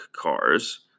cars